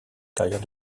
carrière